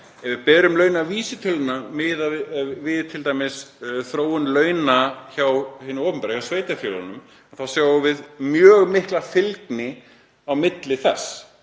Ef við berum launavísitöluna saman við þróun launa hjá hinu opinbera, hjá sveitarfélögunum, þá sjáum við mjög mikla fylgni á milli þess